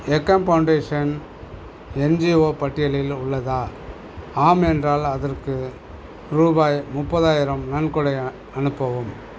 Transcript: ஏகம் foundation NGO பட்டியலில் உள்ளதா ஆம் என்றால் அதற்கு ரூபாய் முப்பதாயிரம் நன்கொடை அ அனுப்பவும்